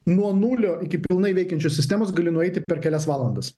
nuo nulio iki pilnai veikiančios sistemos gali nueiti per kelias valandas